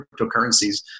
cryptocurrencies